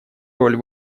роль